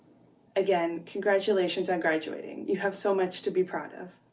again, congratulations on graduating. you have so much to be proud of.